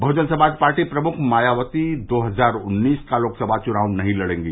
Bahujan Samaj party प्रमुख मायावती दो हजार उन्नीस का लोकसभा च्नाव नहीं लड़ेंगी